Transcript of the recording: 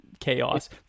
chaos